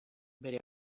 bere